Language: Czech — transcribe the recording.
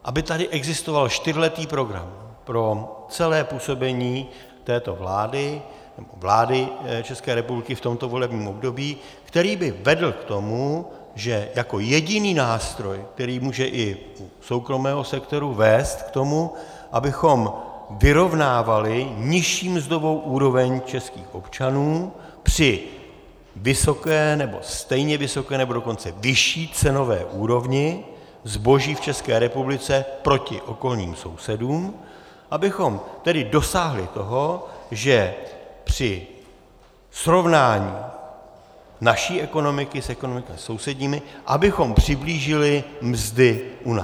Aby tady existoval čtyřletý program pro celé působení této vlády, vlády České republiky v tomto volebním období, který by vedl k tomu, že jako jediný nástroj, který může i u soukromého sektoru vést k tomu, abychom vyrovnávali nižší mzdovou úroveň českých občanů při vysoké, nebo stejně vysoké, nebo dokonce vyšší cenové úrovni zboží v České republice proti okolním sousedům, abychom tedy dosáhli toho, že při srovnání naší ekonomiky s ekonomikami sousedními bychom přiblížili mzdy u nás.